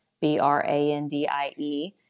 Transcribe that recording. B-R-A-N-D-I-E